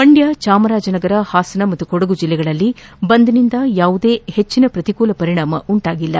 ಮಂದ್ಯ ಚಾಮರಾಜನಗರ ಹಾಸನ ಮತ್ತು ಕೊಡಗು ಜಿಲ್ಲೆಗಳಲ್ಲಿ ಬಂದ್ನಿಂದ ಯಾವುದೇ ಹೆಚ್ಚಿನ ಪ್ರತಿಕೂಲ ಪರಿಣಾಮ ಉಂಟಾಗಿಲ್ಲ